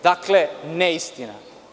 Dakle, neistina.